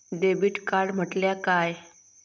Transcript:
Debit card म्हटल्या काय?